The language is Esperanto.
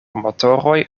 motoroj